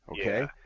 okay